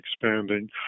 expanding